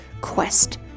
quest